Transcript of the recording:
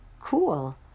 cool